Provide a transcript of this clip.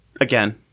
again